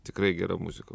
tikrai gera muzika